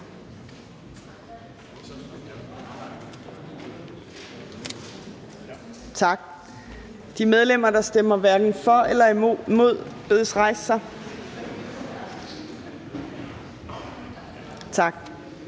Tak. De medlemmer, der stemmer hverken for eller imod, bedes rejse sig. Tak.